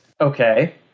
Okay